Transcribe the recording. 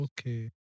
Okay